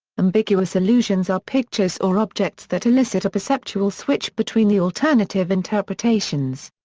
ambiguous illusions are pictures or objects that elicit a perceptual switch between the alternative interpretations.